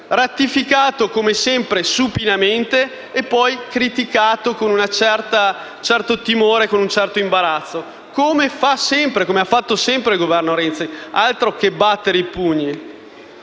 ratificato come sempre supinamente e poi criticato con un certo timore e un certo imbarazzo, come sempre ha fatto il Governo Renzi. Altro che altro battere i pugni!